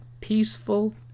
peaceful